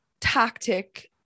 tactic